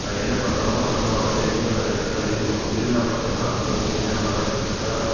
என்ன பண்ணுறோமோ நம்மளோடய முயற்சியும் அதில் கண்டிப்பாக இருக்கணும் இருந்தால் மட்டுந்தான் ஒரு விஷயத்த நம்மளால் சக்சஸ்ஸாக